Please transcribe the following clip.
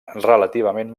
relativament